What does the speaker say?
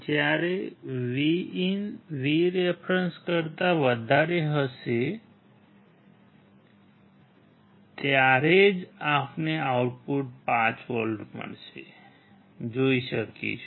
જ્યારે VIN VREF કરતા વધારે હશે ત્યારે જ આપણે આઉટપુટ 5V જોઈ શકીશું